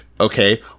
okay